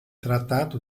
trattato